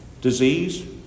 disease